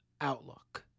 outlook